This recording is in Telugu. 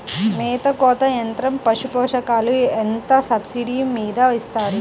మేత కోత యంత్రం పశుపోషకాలకు ఎంత సబ్సిడీ మీద ఇస్తారు?